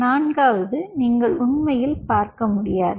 நான்காவது நீங்கள் உண்மையில் பார்க்க முடியாது